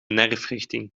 nerfrichting